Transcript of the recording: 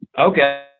Okay